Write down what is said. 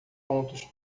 pontos